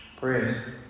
Praise